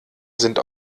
sind